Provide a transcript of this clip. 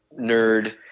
nerd